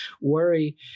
worry